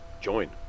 Join